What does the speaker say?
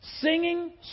Singing